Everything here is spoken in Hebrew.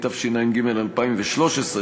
התשע"ג 2013,